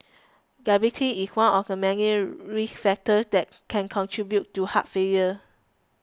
diabetes is one of the many risk factors that can contribute to heart failure